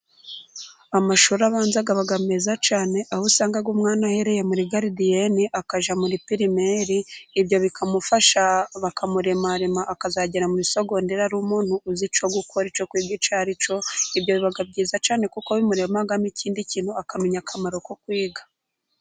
Amashuri abanza aba meza cyane, aho usanga umwana ahereye muri garidiyene akajya muri pirimeri, ibyo bikamufasha bakamuremarema akazagera muri sogondera, ari umuntu uzi icyo gukora icyo kwiga ari cyo. Ibyo biba byiza cyane kuko bimuremamo ikindi kintu, akamenya akamaro ko kwiga.